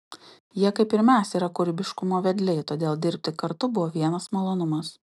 jie kaip ir mes yra kūrybiškumo vedliai todėl dirbti kartu buvo vienas malonumas